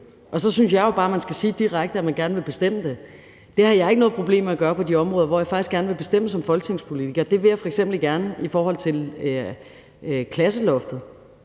og så synes jeg bare, at man skal sige direkte, at man gerne vil bestemme det. Det har jeg ikke noget problem med at gøre på de områder, hvor jeg faktisk gerne vil bestemme som folketingspolitiker. Det vil jeg f.eks. gerne i forhold til klasseloftet